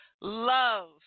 love